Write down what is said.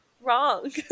wrong